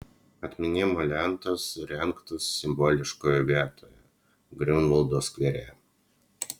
atminimo lentos įrengtos simboliškoje vietoje griunvaldo skvere